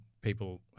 people